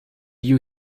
you